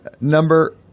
Number